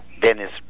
Dennis